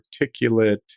articulate